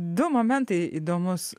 du momentai įdomus